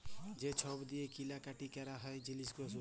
যে ছব দিঁয়ে কিলা কাটি ক্যরা হ্যয় জিলিস পত্তর